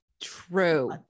true